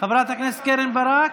חברת הכנסת קרן ברק,